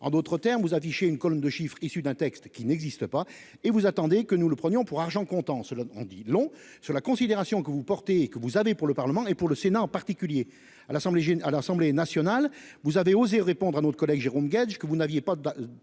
En d'autres termes vous affichez une colonne de chiffres issus d'un texte qui n'existe pas et vous attendez que nous le prenions pour argent comptant. Cela en dit long sur la considération que vous portez et que vous avez pour le Parlement, et pour le Sénat en particulier à l'Assemblée à l'Assemblée nationale vous avez osé répondre à notre collègue Jérôme Guedj, que vous n'aviez pas